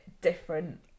different